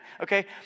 okay